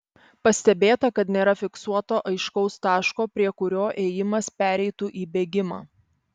pastebėta kad nėra fiksuoto aiškaus taško prie kurio ėjimas pereitų į bėgimą